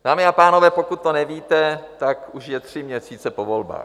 Dámy a pánové, pokud to nevíte, tak už je tři měsíce po volbách.